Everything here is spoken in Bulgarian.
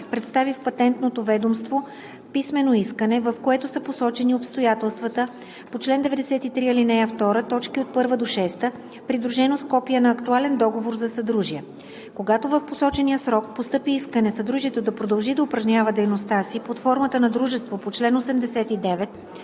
представи в Патентното ведомство писмено искане, в което са посочени обстоятелствата по чл. 93, ал. 2, т. 1 – 6, придружено с копие на актуален договор за съдружие. Когато в посочения срок постъпи искане съдружието да продължи да упражнява дейността си под формата на дружество по чл. 89,